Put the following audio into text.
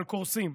אבל קורסים.